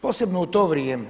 Posebno u to vrijeme.